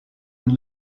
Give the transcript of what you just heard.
and